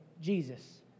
Jesus